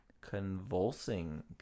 Convulsing